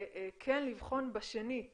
וכן לבחון בשנית